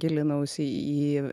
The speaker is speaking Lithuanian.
gilinausi į